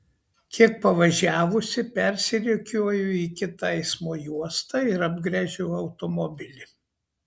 kiek pavažiavusi persirikiuoju į kitą eismo juostą ir apgręžiu automobilį